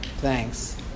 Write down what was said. Thanks